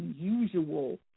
unusual